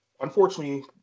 unfortunately